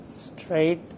straight